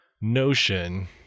notion